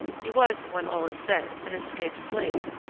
he was, when all is said, an escaped slave,